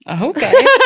Okay